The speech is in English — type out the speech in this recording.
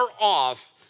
off